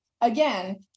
Again